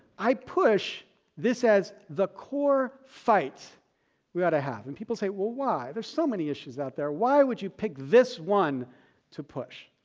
i push this as the core fight we ought to have and people say, well why? there are so many issues out there why would you pick this one to push?